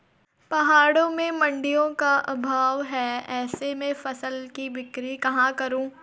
पहाड़ों में मडिंयों का अभाव है ऐसे में फसल की बिक्री कहाँ करूँ?